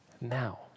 now